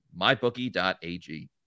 mybookie.ag